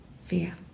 fear